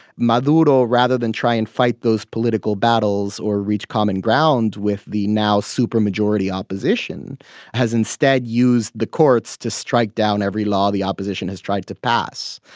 maduro, rather than try and fight those political battles or reach common ground with the now supermajority opposition has instead used the courts to strike down every law the opposition has tried to pass.